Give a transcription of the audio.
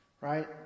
Right